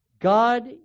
God